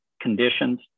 conditions